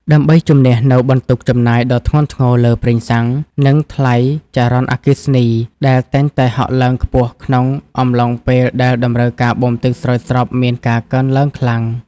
ដើម្បីជម្នះនូវបន្ទុកចំណាយដ៏ធ្ងន់ធ្ងរលើប្រេងសាំង និងថ្លៃចរន្តអគ្គិសនីដែលតែងតែហក់ឡើងខ្ពស់ក្នុងអំឡុងពេលដែលតម្រូវការបូមទឹកស្រោចស្រពមានការកើនឡើងខ្លាំង។